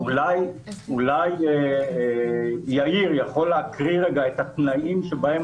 אולי יאיר יכול להקריא את התנאים שבהם